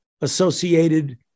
associated